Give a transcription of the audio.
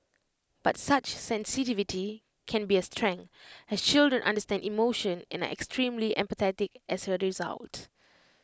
but such sensitivity can be A strength as children understand emotion and are extremely empathetic as A result